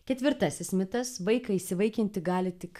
ketvirtasis mitas vaiką įsivaikinti gali tik